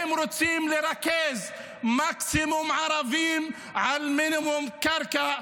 הם רוצים לרכז מקסימום ערבים על מינימום קרקע,